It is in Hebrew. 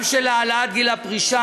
גם של העלאת גיל הפרישה,